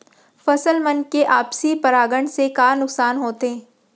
फसल मन के आपसी परागण से का का नुकसान होथे?